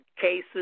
cases